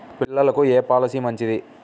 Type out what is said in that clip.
పిల్లలకు ఏ పొలసీ మంచిది?